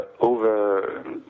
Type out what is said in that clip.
over